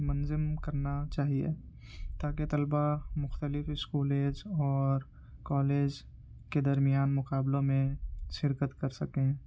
منظم کرنا چاہیے تاکہ طلبا مختلف اسکولیز اور کالیز کے درمیان مقابلوں میں شرکت کر سکیں